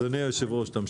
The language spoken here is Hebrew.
מה אתה רוצה?